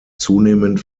zunehmend